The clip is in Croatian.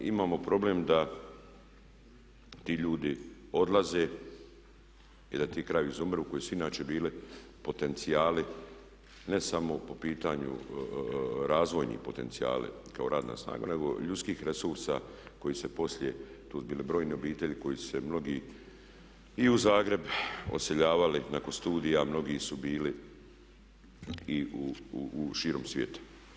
Imamo problem da ti ljudi odlaze i da ti krajevi izumiru koji su inače bili potencijali ne samo po pitanju razvojni potencijali kao radna snaga nego ljudskih resursa koji se poslije to su bile brojne obitelji koji su se mnogi i u Zagreb odseljavali nakon studija, mnogi su bili i u širom svijetu.